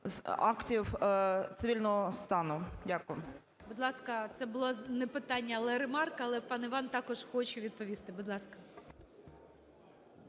актів цивільного стану. Дякую. ГОЛОВУЮЧИЙ. Будь ласка. Це було не питання, але ремарка, але пан Іван також хоче відповісти. Будь ласка.